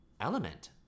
element